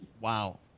Wow